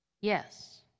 yes